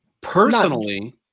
Personally